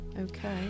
Okay